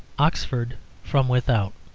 oxford from without